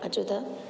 अचो त